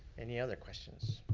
any other questions?